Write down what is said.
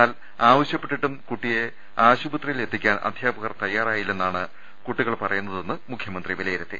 എന്നാൽ ആവശ്യപ്പെട്ടിട്ടും കൂട്ടിയെ ആശുപത്രിയിൽ എത്തിക്കാൻ അധ്യാപകർ തയാറായില്ലെന്നാണ് കുട്ടി കൾ പറയുന്നതെന്ന് മുഖ്യമന്ത്രി വിലയിരുത്തി